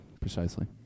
precisely